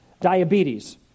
diabetes